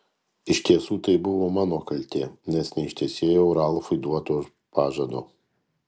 iš tiesų tai buvo mano kaltė nes neištesėjau ralfui duoto pažado